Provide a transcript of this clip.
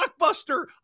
blockbuster